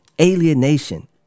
alienation